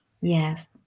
Yes